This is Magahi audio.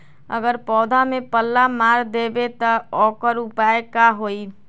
अगर पौधा में पल्ला मार देबे त औकर उपाय का होई?